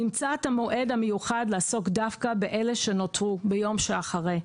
נמצא את המועד המיוחד בו נעסוק דווקא באלה שנותרו ביום שאחרי?